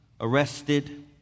arrested